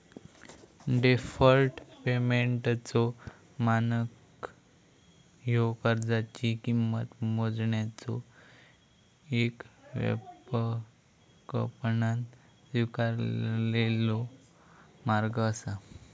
deferred पेमेंटचो मानक ह्यो कर्जाची किंमत मोजण्याचो येक व्यापकपणान स्वीकारलेलो मार्ग असा